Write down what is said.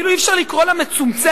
אפילו אי-אפשר לקרוא לה "מצומצמת".